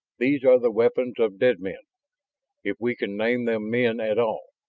these are the weapons of dead men if we can name them men at all.